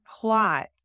plot